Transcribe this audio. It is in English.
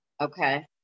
Okay